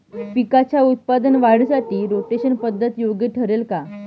पिकाच्या उत्पादन वाढीसाठी रोटेशन पद्धत योग्य ठरेल का?